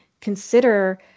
consider